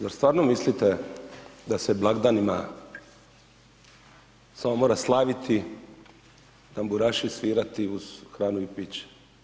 Zar stvarno mislite da se blagdanima samo mora slaviti, tamburaši svirati uz hranu i piće?